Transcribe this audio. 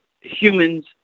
humans